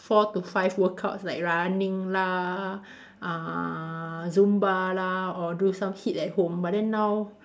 four to five workouts like running lah uh Zumba lah or do some HIIT at home but then now